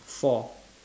four